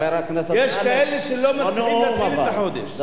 יש כאלה שלא מצליחים להתחיל את החודש.